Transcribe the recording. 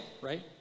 right